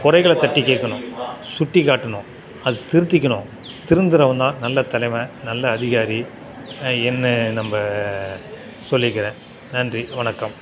குறைகள தட்டி கேட்கணும் சுட்டி காட்டணும் அது திருத்திக்கணும் திருந்துகிறவன் தான் நல்ல தலைவன் நல்ல அதிகாரி என்று நம்ம சொல்லிக்கிறேன் நன்றி வணக்கம்